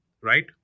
right